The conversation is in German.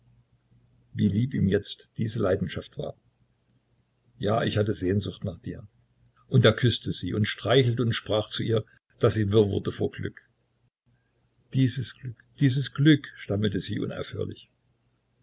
wie lieb ihm jetzt diese leidenschaft war ja ich hatte sehnsucht nach dir und er küßte sie und streichelte und sprach zu ihr daß sie wirr wurde vor glück dies glück dies glück stammelte sie unaufhörlich